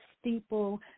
steeple